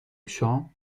شام